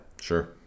Sure